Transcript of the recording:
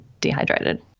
dehydrated